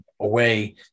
away